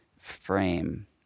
frame